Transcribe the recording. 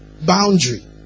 boundary